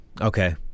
Okay